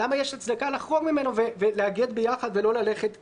למה יש הצדקה לחרוג ממנו ולאגד ביחד ולא ללכת עם